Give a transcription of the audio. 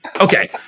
Okay